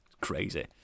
Crazy